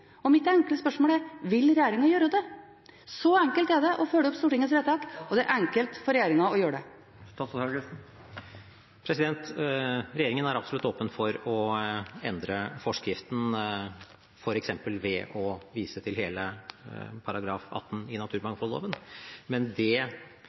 Mitt enkle spørsmål er: Vil regjeringen gjøre det? Så enkelt er det å følge opp Stortingets vedtak, og det er enkelt for regjeringen å gjøre det. Regjeringen er absolutt åpen for å endre forskriften, f.eks. ved å vise til hele § 18 i